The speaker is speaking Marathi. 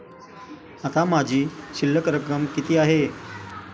आता माझी शिल्लक रक्कम किती आहे?